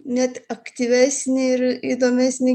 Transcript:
net aktyvesnį ir įdomesnį